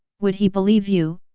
would he believe you,